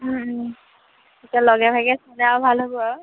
এতিয়া লগে ভাগে চালে আৰু ভাল হ'ব আৰু